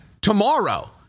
tomorrow